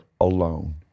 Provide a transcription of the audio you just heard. alone